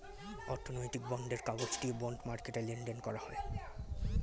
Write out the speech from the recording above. অর্থনৈতিক বন্ডের কাগজ দিয়ে বন্ড মার্কেটে লেনদেন করা হয়